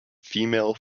female